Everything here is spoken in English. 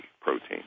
protein